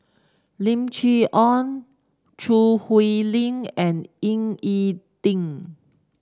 Lim Chee Onn Choo Hwee Lim and Ying E Ding